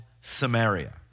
Samaria